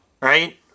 right